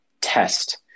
test